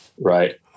Right